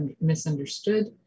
misunderstood